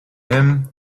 him